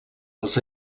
les